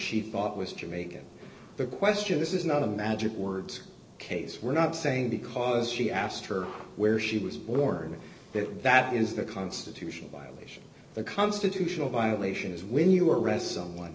she thought was jamaican the question this is not a magic words case we're not saying because she asked her where d she was born but that is the constitution violation the constitutional violation is when you arrest someone